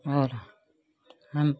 और हम